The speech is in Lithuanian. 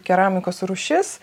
keramikos rūšis